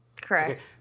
Correct